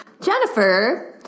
Jennifer